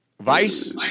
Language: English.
Vice